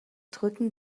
drücken